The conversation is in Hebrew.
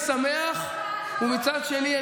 וכשמישהו באופוזיציה לפחות רוצה לעשות כאילו הוא מדבר,